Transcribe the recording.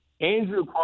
Andrew